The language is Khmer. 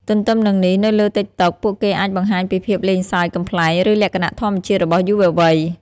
ទន្ទឹមនឹងនេះ នៅលើ TikTok ពួកគេអាចបង្ហាញពីភាពលេងសើច កំប្លែង ឬលក្ខណៈធម្មជាតិរបស់យុវវ័យ។